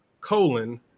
colon